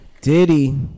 Diddy